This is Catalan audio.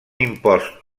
impost